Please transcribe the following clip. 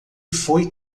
foi